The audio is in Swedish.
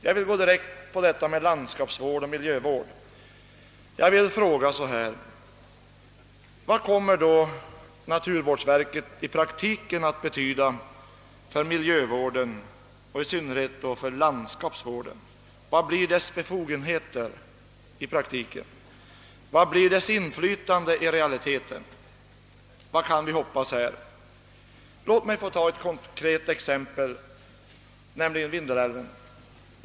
Jag vill gå direkt på frågan om landskapsoch miljövård. Jag vill fråga så här: Vad kommer naturvårdsverket att betyda i praktiken för miljövården och i syn nerhet för landskapsvården? Vilka befogenheter får det i praktiken? Vad blir dess inflytande i realiteten? Vad kan vi hoppas här? Låt mig få ta ett konkret exempel, nämligen Vindelälven.